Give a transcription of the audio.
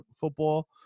football